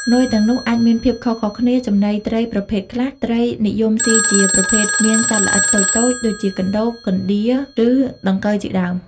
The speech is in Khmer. នុយទាំងនោះអាចមានភាពខុសៗគ្នា ចំណីត្រីប្រភេទខ្លះ ត្រីនិយមស៊ីជាប្រចាំមានសត្វល្អិតតូចៗ ដូចជាកណ្ដូប កណ្ដៀង ឬដង្កូវជាដើម។